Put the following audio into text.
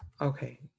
Okay